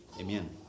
Amen